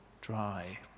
dry